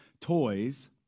toys